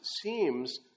seems